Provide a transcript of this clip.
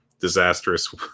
disastrous